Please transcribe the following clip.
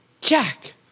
Jack